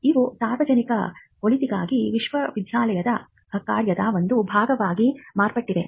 ಇವು ಸಾರ್ವಜನಿಕ ಒಳಿತಿಗಾಗಿ ವಿಶ್ವವಿದ್ಯಾಲಯದ ಕಾರ್ಯದ ಒಂದು ಭಾಗವಾಗಿ ಮಾರ್ಪಟ್ಟಿವೆ